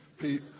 Pete